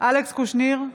אלכס קושניר,